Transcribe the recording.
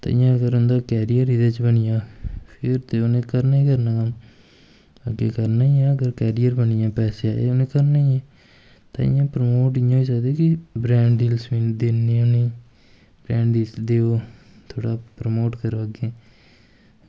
ते इयां अगर उं'दा कैरियर एह्दे च बनी जा फिर ते उ'नें करना गै करना कम्म अग्गैं करना गै ऐ अगर कैरियर बनी गेआ पैसे आई गे तां उ'नें करना गै ऐ ताइयें प्रमोट इ'यां होई सकदा कि ब्रैंड लिस्ट दिन्नें होन्ने ब्रैंड लिस्ट देओ थोह्ड़ा प्रमोट करो अग्गैं